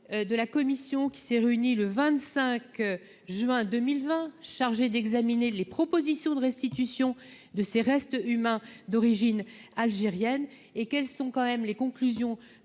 de la commission qui s'est réunie le 25 juin 2020, chargée d'examiner les propositions de restitution de ces restes humains d'origine algérienne et quelles sont quand même les conclusions